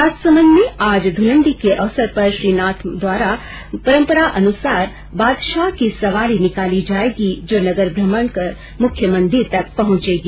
राजसमंद में आज धुलण्डी के अवसर पर श्रीनाथद्वारा में परम्परा अनुसार बादशाह की सवारी निकाली जाएगी जो नगर भ्रमण कर मुख्य मंदिर तक पहुंचेगी